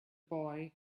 boy